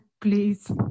please